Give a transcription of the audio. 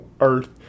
earth